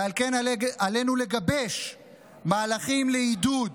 ועל כן עלינו לגבש מהלכים לעידוד,